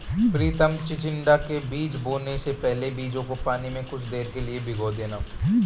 प्रितम चिचिण्डा के बीज बोने से पहले बीजों को पानी में कुछ देर के लिए भिगो देना